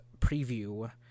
preview